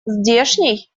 здешний